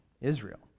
Israel